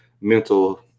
mental